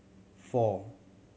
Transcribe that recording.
four